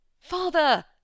Father